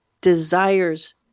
desires